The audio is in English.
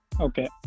Okay